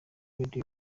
radio